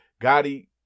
Gotti